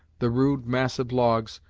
the rude, massive logs,